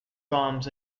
bombs